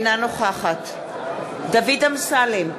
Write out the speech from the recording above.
אינה נוכחת דוד אמסלם,